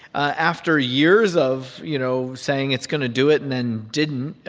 ah after years of, you know, saying it's going to do it and then didn't,